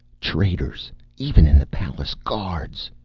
traitors even in the palace guards!